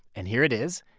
and here it is.